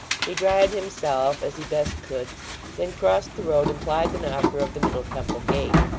he dried himself as he best could then crossed the road, and plied the knocker of the middle temple gate.